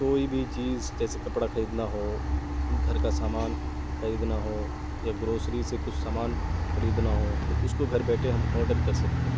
کوئی بھی چیز جیسے کپڑا خریدنا ہو گھر کا سامان خریدنا ہو یا گروسری سے کچھ سامان خریدنا ہو تو اس کو گھر بیٹھے ہم آڈر کر سکتے ہیں